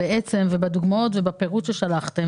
ובדוגמאות ובפירוט ששלחתם,